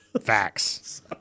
facts